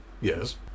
Yes